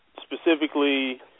specifically